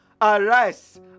arise